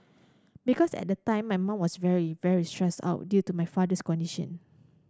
because at the time my mum was very very stressed out due to my father's condition